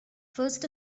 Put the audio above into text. first